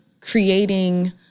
creating